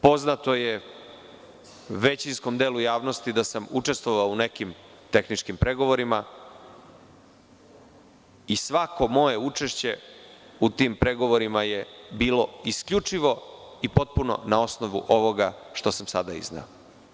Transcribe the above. Poznato je većinskom delu javnosti da sam učestvovao u nekim tehničkim pregovorima i svako moje učešće u tim pregovorima je bilo isključivo i potpuno na osnovu ovoga što sam sada izneo.